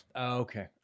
Okay